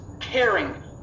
caring